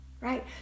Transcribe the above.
right